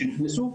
הם נכנסו,